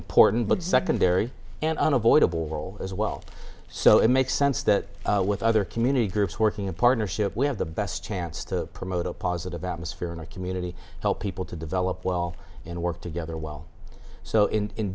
important but secondary and unavoidable role as well so it makes sense that with other community groups working in partnership we have the best chance to promote a positive atmosphere in our community help people to develop well and work together well so in